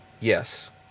Yes